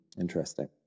Interesting